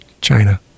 China